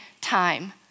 time